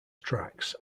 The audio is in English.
tracks